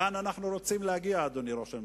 לאן אנחנו רוצים להגיע, אדוני ראש הממשלה?